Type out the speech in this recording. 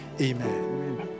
Amen